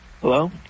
hello